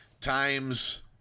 Times